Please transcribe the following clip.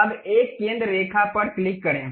अब एक केंद्र रेखा पर क्लिक करें